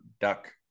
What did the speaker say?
duck